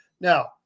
Now